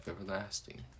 everlasting